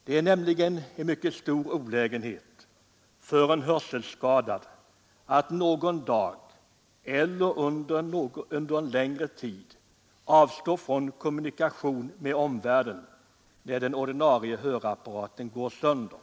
Det är nämligen en mycket stor olägenhet för en hörselskadad att någon dag eller under en längre tid vara tvungen att avstå från kommunikationerna med omvärlden, när den ordinarie hörapparaten går sönder.